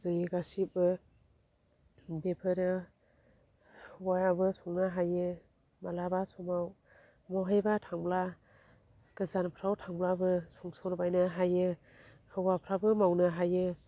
जोंनि गासिबो बेफोरो हौवायाबो संनो हायो मालाबा समाव महायबा थांब्ला गोजानफ्राव थांब्लाबो संसरबायनो हायो हौवाफ्राबो मावनो हायो